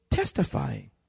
testifying